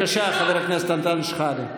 בבקשה, חבר הכנסת אנטאנס שחאדה.